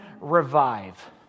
revive